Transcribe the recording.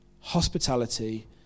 Hospitality